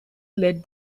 led